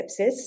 sepsis